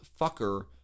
fucker